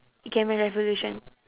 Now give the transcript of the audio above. ikemen-revolution